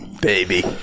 baby